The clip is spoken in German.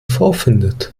vorfindet